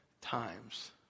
times